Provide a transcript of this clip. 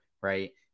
right